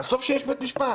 אז טוב שיש בית משפט.